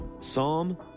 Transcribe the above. Psalm